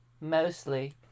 Mostly